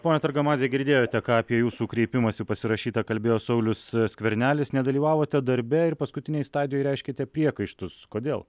ponia targamadze girdėjote ką apie jūsų kreipimąsi pasirašytą kalbėjo saulius skvernelis nedalyvavote darbe ir paskutinėj stadijoj reiškiate priekaištus kodėl